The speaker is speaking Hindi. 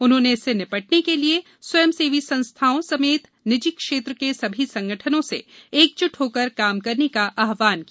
उन्होंने इससे निपटने के लिये स्वयं सेवी संस्थाओं समेत निजी क्षेत्र के सभी संगठनों से एकजुट होकर काम करने का आहवान किया